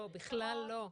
לא, בכלל לא.